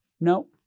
no